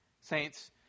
Saints